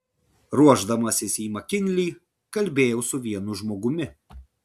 ruošdamasis į makinlį kalbėjau su vienu žmogumi